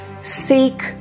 seek